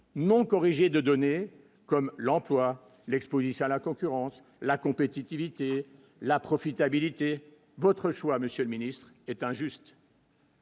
Non corrigées de donner comme l'emploi, l'Exposition à la concurrence, la compétitivité et la profitabilité votre choix Monsieur le Ministre, est injuste.